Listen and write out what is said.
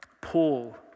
Paul